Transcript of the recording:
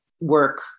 work